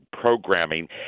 programming